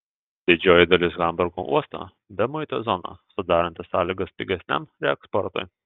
didžioji dalis hamburgo uosto bemuitė zona sudaranti sąlygas pigesniam reeksportui